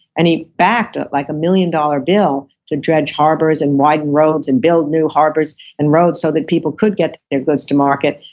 and he backed like a million dollar bill to dredge harbors, and widen roads, and build new harbors, and roads so that people could get their good to market.